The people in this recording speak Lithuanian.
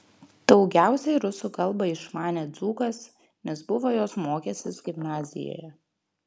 daugiausiai rusų kalbą išmanė dzūkas nes buvo jos mokęsis gimnazijoje